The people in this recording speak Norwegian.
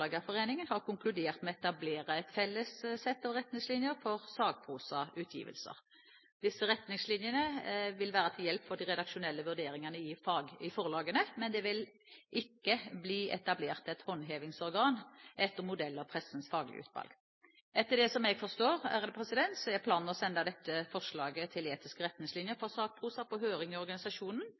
har konkludert med å etablere et felles sett av retningslinjer for sakprosautgivelser. Disse retningslinjene vil være til hjelp for de redaksjonelle vurderingene i forlagene, men det vil ikke bli etablert et håndhevingsorgan etter modell av Pressens Faglige Utvalg. Etter det jeg forstår, er planen å sende dette forslaget til etiske retningslinjer for sakprosa på høring i organisasjonen,